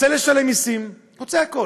רוצה לשלם מסים, רוצה הכול.